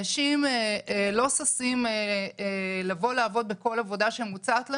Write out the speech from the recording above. אנשים לא ששים לבוא לעבוד בכל עבודה שמוצעת להם,